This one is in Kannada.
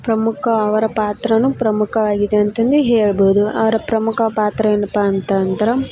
ಪ್ರಮುಖ ಅವರ ಪಾತ್ರನೂ ಪ್ರಮುಖವಾಗಿದೆ ಅಂತಂದೇ ಹೇಳ್ಬೋದು ಅವರ ಪ್ರಮುಖ ಪಾತ್ರ ಏನಪ್ಪಾ ಅಂತಂದರ